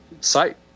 site